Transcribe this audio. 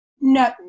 no